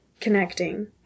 connecting